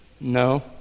No